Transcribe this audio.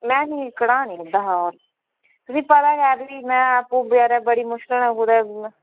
मैं निं घटाने एह्दे शा होर तुसें ई पता गै फ्ही में आपूं बचैरै बड़ी मुश्कल ने कुतै